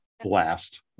blast